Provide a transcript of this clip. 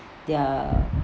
they're